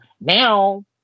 now